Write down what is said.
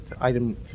item